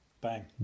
Bang